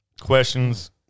Questions